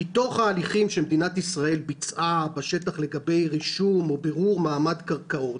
מתוך ההליכים שמדינת ישראל ביצעה בשטח לגבי רישום או בירור מעמד קרקעות,